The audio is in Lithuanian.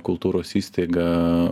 kultūros įstaigą